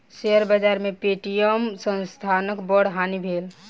share बाजार में Paytm संस्थानक बड़ हानि भेल